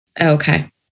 Okay